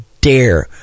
dare